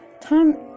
time